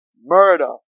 Murder